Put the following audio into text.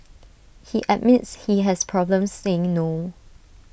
he admits he has problems saying no